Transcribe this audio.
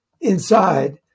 inside